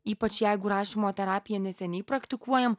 ypač jeigu rašymo terapiją neseniai praktikuojam